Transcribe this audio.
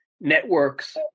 networks